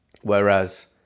whereas